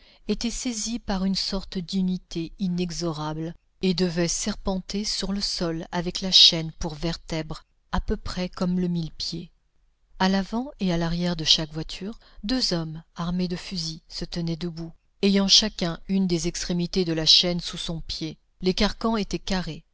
étaient saisis par une sorte d'unité inexorable et devaient serpenter sur le sol avec la chaîne pour vertèbre à peu près comme le mille pieds à l'avant et à l'arrière de chaque voiture deux hommes armés de fusils se tenaient debout ayant chacun une des extrémités de la chaîne sous son pied les carcans étaient carrés